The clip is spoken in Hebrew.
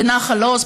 בנחל עוז.